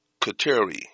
kateri